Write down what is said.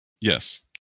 Yes